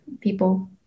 people